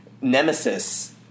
Nemesis